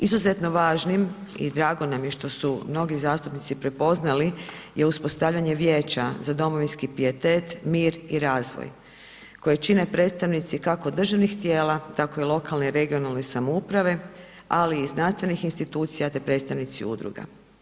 Izuzetno važnim i drago nam je što su mnogi zastupnici prepoznali je uspostavljanje vijeća za domovinski pijetet, mir i razvoj koji čine predstavnici kako državnih tijela, tako i lokalne i regionalne samouprave, ali i znanstvenih institucija te predstavnici udruga.